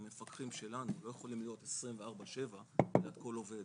המפקחים שלנו לא יכולים להיות 24/7 ליד כל עובד,